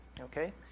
Okay